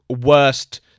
worst